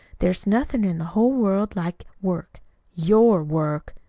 there's nothin' in the whole world like work your work!